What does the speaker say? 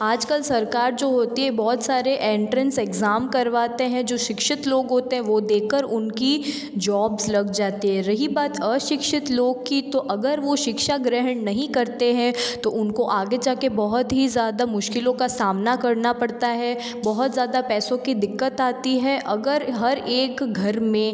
आज कल सरकार जो होती है बहुत सारे एंट्रेंस एग्ज़ाम करवाते हैं जो शिक्षित लोग होते हैं वह देकर उनकी जॉब्स लग जाती है रही बात अशिक्षित लोग की तो अगर वे शिक्षा ग्रहण नहीं करते हैं तो उनको आगे जाकर बहुत ही ज़्यादा मुश्किलों का सामना करना पड़ता है बहुत ज़्यादा पैसों की दिक़्क़त आती है अगर हर एक घर में